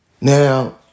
Now